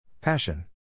Passion